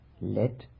let